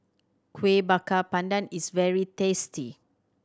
Kueh Bakar Pandan is very tasty